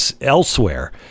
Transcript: elsewhere